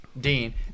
Dean